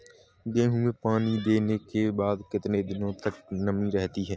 गेहूँ में पानी देने के बाद कितने दिनो तक नमी रहती है?